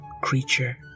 creature